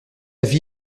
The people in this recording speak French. vie